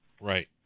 Right